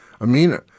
Amina